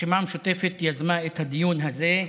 הרשימה המשותפת יזמה את הדיון הזה,